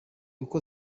uko